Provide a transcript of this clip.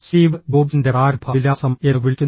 Steve ജോബ്സിന്റെ പ്രാരംഭ വിലാസം എന്ന് വിളിക്കുന്നു